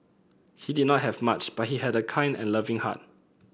he did not have much but he had a kind and loving heart